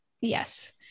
Yes